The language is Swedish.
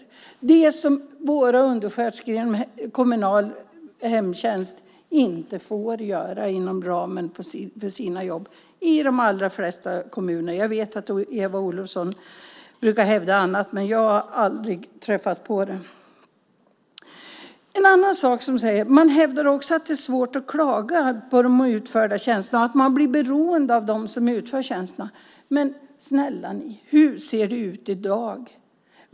Det är tjänster som våra undersköterskor inom kommunal hemtjänst inte får utföra inom ramen för sina jobb i de allra flesta kommuner. Jag vet att Eva Olofsson brukar hävda annat, men jag har aldrig träffat på det. Man hävdar också att det är svårt att klaga på de utförda tjänsterna och att man blir beroende av dem som utför tjänsterna. Men snälla ni! Hur ser det ut i dag?